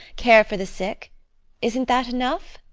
care for the sick isn't that enough?